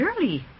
early